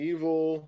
Evil